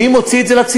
מי מוציא את זה לציבור?